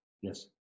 yes